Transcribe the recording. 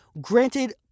Granted